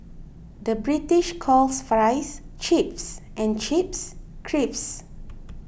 the British calls Fries Chips and Chips Crisps